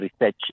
research